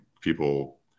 people